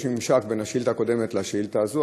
יש ממשק בין השאילתה הקודמת לשאילתה הזו,